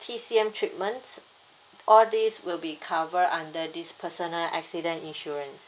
T_C_M treatments all these will be covered under this personal accident insurance